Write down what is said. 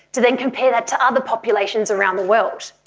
to then compare that to other populations around the world.